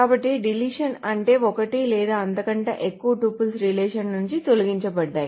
కాబట్టి డిలీషన్ అంటే ఒకటి లేదా అంతకంటే ఎక్కువ టపుల్స్ రిలేషన్ నుండి తొలగించబడ్డాయి